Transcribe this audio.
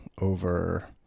over